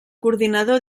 coordinador